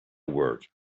word